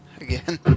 again